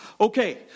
Okay